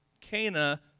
Cana